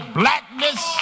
blackness